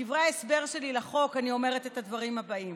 בדברי ההסבר שלי לחוק אני אומרת את הדברים הבאים: